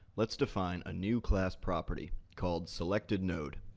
let's define a new class property, called selectednode.